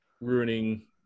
ruining